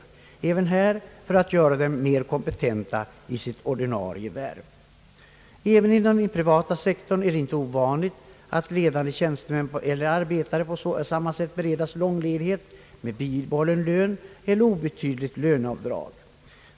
Syftet är även här att göra dem mer kompetenta i deras ordinarie värv. Också inom den privata sektorn är det ej ovanligt att ledande tjänstemän eller arbetare på samma sätt beredes lång ledighet med bibehållen lön eller obetydligt löneavdrag.